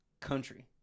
country